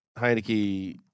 Heineke